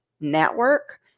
network